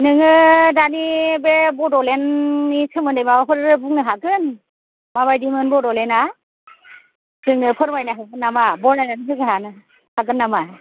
नोङो दानि बे बड'लेण्डनि सोमोन्दै माबाफोर बुंनो हागोन मा बायदिमोन बड'लेण्डना जोंनो फोरमायनो हागोन नामा बरनायनानै होनो हागोन नामा